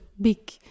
big